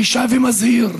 אני שב ומזהיר: